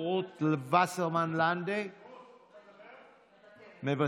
רות וסרמן לנדה, מוותרת.